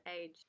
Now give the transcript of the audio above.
age